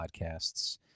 podcasts